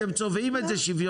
אתם צובעים את זה שוויוניות,